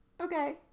okay